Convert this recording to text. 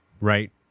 Right